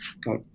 got